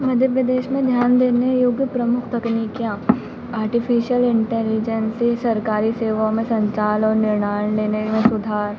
मध्य प्रदेश में ध्यान देने योग्य प्रमुख तकनीकियाँ आर्टिफ़िशल इन्टेलिजेंसी सरकारी सेवाओं में संचार और निर्णय लेने में सुधार